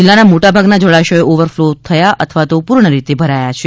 જિલ્લાના મોટાભાગના જળાશયો ઓવરફ્લો થયા અથવા પૂર્ણ રીતે ભરાયા છે